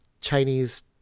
Chinese